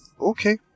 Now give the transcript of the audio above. okay